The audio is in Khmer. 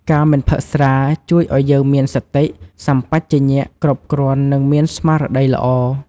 ការមិនផឹកស្រា ជួយឲ្យយើងមានសតិសម្បជញ្ញៈគ្រប់គ្រាន់ និងមានស្មារតីល្អ។